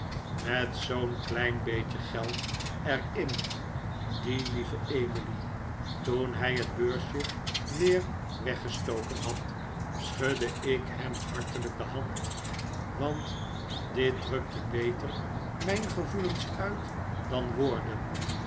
met zoo'n klein beetje geld er in die lieve emily toen hij het beursje weer weggestoken had schudde ik hem hartelijk de hand want dit drukte beter mijn gevoelens uit dan woorden